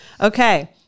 Okay